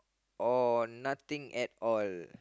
or nothing at all